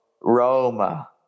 Roma